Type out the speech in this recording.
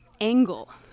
angle